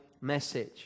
message